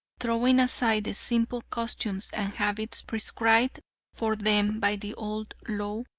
throwing aside the simple costumes and habits prescribed for them by the old law,